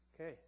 Okay